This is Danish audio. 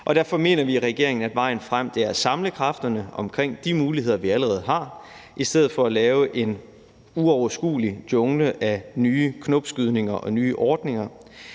derfor mener vi i regeringen, at vejen frem er at samle kræfterne om de muligheder, vi allerede har, i stedet for at lave en uoverskuelig jungle af nye knopskydninger og nye ordninger.